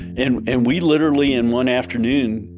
and and we literally in one afternoon,